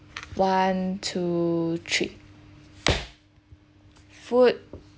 one two three food